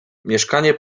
mieszkanie